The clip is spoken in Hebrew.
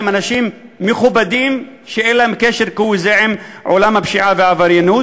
הם אנשים מכובדים שאין להם קשר כהוא-זה עם עולם הפשיעה והעבריינות.